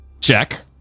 check